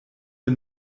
wir